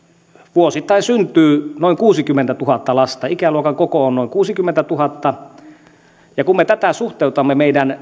vuosittain syntyy noin kuusikymmentätuhatta lasta ikäluokan koko on noin kuusikymmentätuhatta kun me tätä suhteutamme meidän